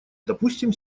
допустим